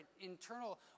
internal